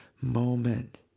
moment